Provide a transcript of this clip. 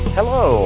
Hello